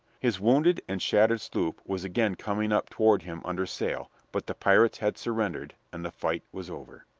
his wounded and shattered sloop was again coming up toward him under sail, but the pirates had surrendered, and the fight was over.